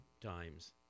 times